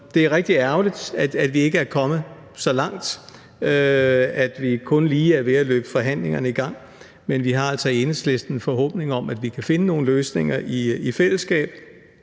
rigtig ærgerligt, at vi ikke er kommet så langt, og at vi kun lige er ved at løbe forhandlingerne i gang, men vi har altså i Enhedslisten en forhåbning om, at vi kan finde nogle løsninger i fællesskab.